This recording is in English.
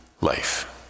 life